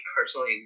personally